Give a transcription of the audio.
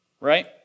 right